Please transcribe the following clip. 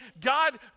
God